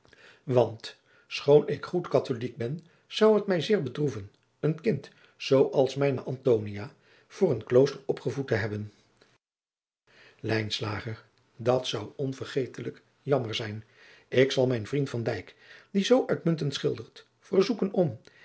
want schoon ik goed katholijk ben zou het mij zeer bedroeven een kind zoo als mijne antonia voor een klooster opgevoed te hebben lijnslager dat zou onvergetelijk jammer zijn ik zal mijn vriend van dijk die zoo uitmuntend schildert verzoeken om